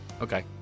okay